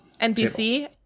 NPC